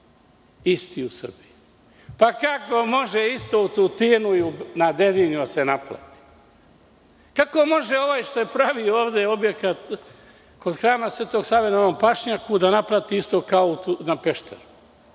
isti u Srbiji? Kako može isto u Tutinu i na Dedinju da se naplati? Kako može ovaj što je pravio objekte ovde kod hrama Sv. Save na ovom pašnjaku da naplati isto kao na Pešteru?